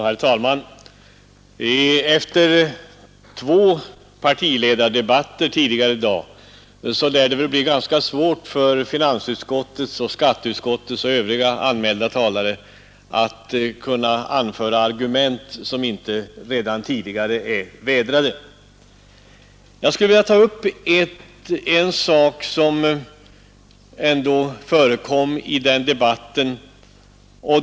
Herr talman! Efter två partiledardebatter tidigare i dag lär det bli ganska svårt för finansutskottets och skatteutskottets och övriga anmälda talare att anföra argument som inte redan tidigare är vädrade. Jag skulle vilja ta upp en sak som förekom i den debatten.